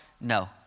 No